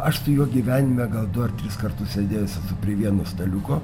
aš su juo gyvenime gal du ar tris kartus sėdėjęs esu prie vieno staliuko